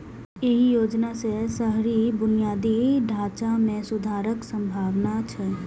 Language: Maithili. एहि योजना सं शहरी बुनियादी ढांचा मे सुधारक संभावना छै